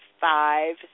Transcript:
five